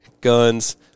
guns